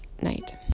night